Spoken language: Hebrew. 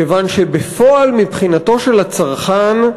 כיוון שבפועל, מבחינתו של הצרכן,